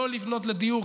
שלא לבנות לדיור,